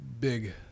big